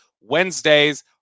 Wednesdays